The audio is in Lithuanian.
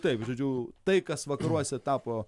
taip žodžiu tai kas vakaruose tapo